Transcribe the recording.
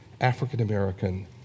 African-American